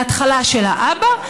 בהתחלה של האבא,